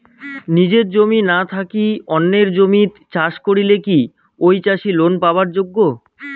নিজের জমি না থাকি অন্যের জমিত চাষ করিলে কি ঐ চাষী লোন পাবার যোগ্য?